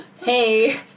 Hey